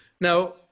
Now